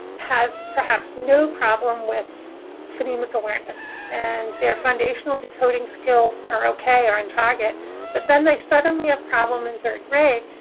has perhaps no problem with phonemic awareness, and their foundational decoding skills are okay are in target but then they suddenly have a problem in third grade,